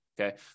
okay